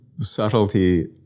subtlety